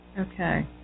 Okay